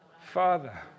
Father